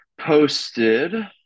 posted